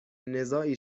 نزاعی